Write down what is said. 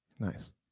Nice